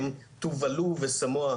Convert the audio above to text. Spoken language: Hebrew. טובלו וסמואה,